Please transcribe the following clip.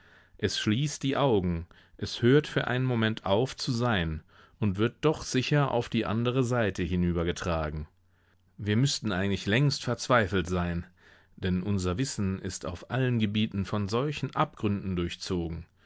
es schließt die augen es hört für einen moment auf zu sein und wird doch sicher auf die andere seite hinübergetragen wir müßten eigentlich längst verzweifelt sein denn unser wissen ist auf allen gebieten von solchen abgründen durchzogen